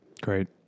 Great